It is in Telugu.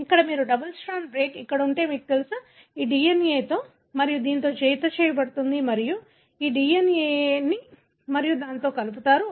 ఇక్కడ మీరు డబుల్ స్ట్రాండ్ బ్రేక్ ఇక్కడ ఉంటే మీకు తెలుసా కాబట్టి ఈ DNA దీనితో మరియు దీనితో జతచేయబడుతుంది మరియు మీరు ఈ DNA ని మరియు దీనితో కలుపుతారు